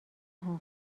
هفت